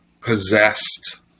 possessed